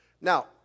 Now